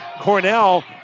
cornell